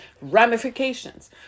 ramifications